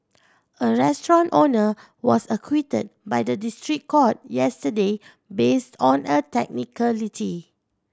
a restaurant owner was acquitted by the district court yesterday base on a technicality